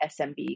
SMB